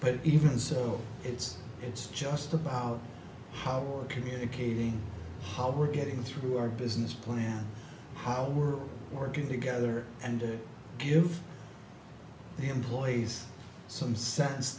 but even so it's it's just about how are communicating how we're getting through our business plan how the world working together and it gives the employees some sense